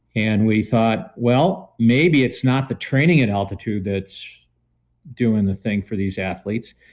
and we thought, well maybe it's not the training at altitude that's doing the thing for these athletes,